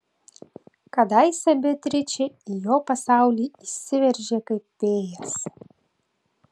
kadaise beatričė į jo pasaulį įsiveržė kaip vėjas